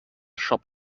siop